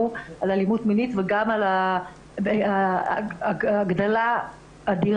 על אלימות מינית וגם על הגדלה אדירה,